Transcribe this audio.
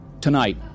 Tonight